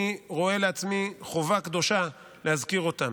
אני רואה לעצמי חובה קדושה להזכיר אותם.